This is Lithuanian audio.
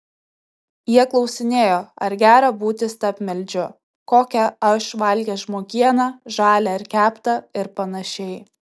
jie klausinėjo ar gera būti stabmeldžiu kokią aš valgęs žmogieną žalią ar keptą ir panašiai